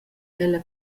ella